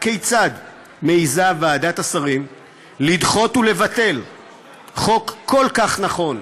הכיצד מעזה ועדת השרים לדחות ולבטל חוק כל כך נכון,